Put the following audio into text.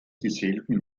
dieselben